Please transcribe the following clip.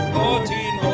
fourteen